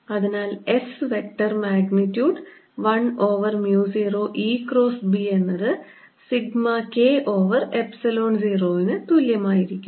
അതിനാൽ S vector magnitude 1 over mu 0 E cross B എന്നത് sigma K over Epsilon 0 ന് തുല്യമായിരിക്കും